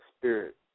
Spirit